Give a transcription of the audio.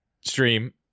stream